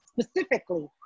specifically